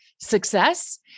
success